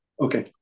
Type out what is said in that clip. Okay